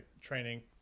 training